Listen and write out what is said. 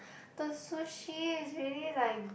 the sushi is really like